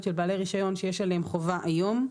של בעלי רישיון שיש עליהם חובה היום.